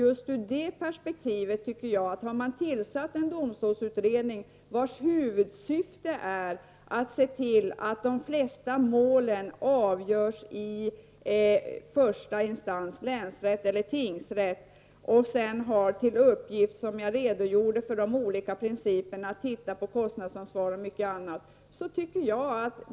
Man har ju tillsatt en domstolsutredning, vars huvudsyfte är att se till att de flesta målen avgörs i första instans, länsrätt eller tingsrätt, och har till uppgift — jag redogjorde för de olika principerna — att se på kostnadsansvaret och annat.